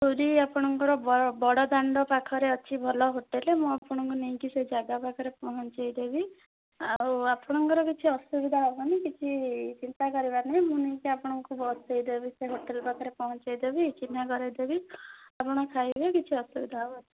ପୁରୀ ଆପଣଙ୍କର ବଡ଼ଦାଣ୍ଡ ପାଖରେ ଅଛି ଭଲ ହୋଟେଲ୍ ମୁଁ ଆପଣଙ୍କୁ ନେଇକି ସେ ଜାଗା ପାଖରେ ପହଁଞ୍ଚେଇ ଦେବି ଆଉ ଆପଣଙ୍କର କିଛି ଅସୁବିଧା ହେବନି କିଛି ଚିନ୍ତା କରିବାର ନାହିଁ ମୁଁ ନେଇକି ଆପଣଙ୍କୁ ବସେଇଦେବି ସେ ହୋଟେଲ୍ ପାଖରେ ପହଁଞ୍ଚେଇ ଦେବି ଚିହ୍ନା କରେଇଦେବି ଆପଣ ଖାଇବେ କିଛି ଅସୁବିଧା ହେବନି